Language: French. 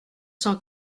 cent